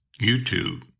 YouTube